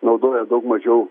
naudoja daug mažiau